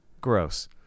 Gross